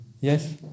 yes